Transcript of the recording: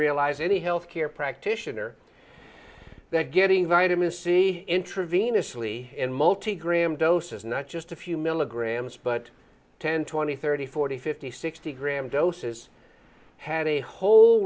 realize any health care practitioner they're getting vitamin c intravenously and multi gram doses not just a few milligrams but ten twenty thirty forty fifty sixty gram doses had a whole